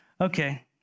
Okay